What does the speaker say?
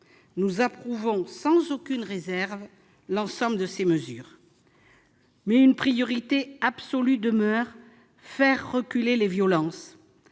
Nous approuvons, sans aucune réserve, l'ensemble de ces mesures. Néanmoins, une priorité absolue demeure : faire reculer les violences.